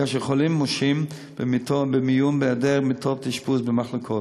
כאשר חולים מושהים במיון בהיעדר מיטות אשפוז במחלקות.